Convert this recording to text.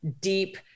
deep